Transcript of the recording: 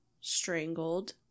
strangled